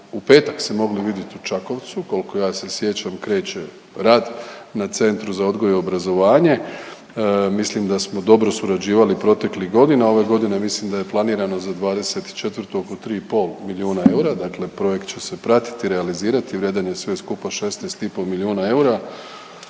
u petak se mogli vidjet u Čakovcu, koliko ja se sjećam kreće rad na Centru za odgoj i obrazovanje. Mislim da smo dobro surađivali proteklih godina, ove godine mislim da je planirano za '24. oko 3,5 milijuna eura, dakle projekt će se pratiti, realizirati, vrijedan je sve skupa 16,5 milijuna eura.